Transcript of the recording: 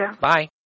bye